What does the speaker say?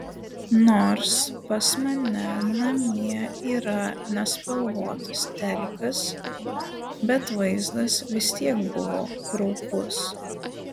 nors pas mane namie yra nespalvotas telikas bet vaizdas vis tiek buvo kraupus